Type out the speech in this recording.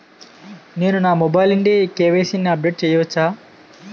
నేను నా మొబైల్ నుండి కే.వై.సీ ని అప్డేట్ చేయవచ్చా?